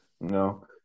No